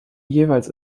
jeweils